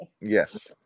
Yes